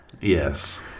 Yes